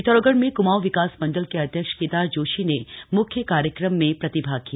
पिथौरागढ़ में क्माऊं विकास मंडल के अध्यक्ष केदार जोशी ने मुख्य कार्यक्रम में प्रतिभाग किया